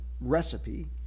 recipe